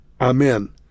Amen